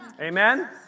Amen